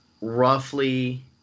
roughly